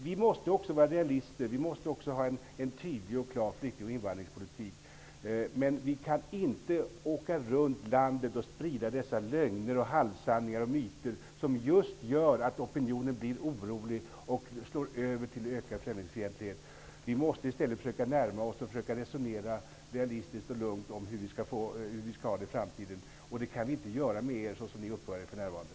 Vi måste också vara realister, vi måste också ha en tydlig och klar flykting och invandringspolitik, men vi kan inte åka runt i landet och sprida dessa lögner, halvsanningar och myter som just gör att opinionen blir orolig och slår över till ökad främlingsfientlighet. Vi måste i stället försöka närma oss och försöka resonera realistiskt och lugnt hur vi skall ha det i framtiden. Det kan vi inte göra med er, såsom ni uppför er för närvarande.